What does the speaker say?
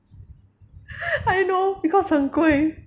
I know because 很贵